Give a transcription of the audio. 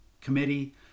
committee